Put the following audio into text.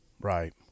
Right